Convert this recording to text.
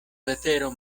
vetero